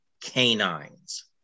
canines